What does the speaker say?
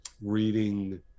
reading